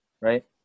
Right